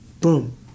Boom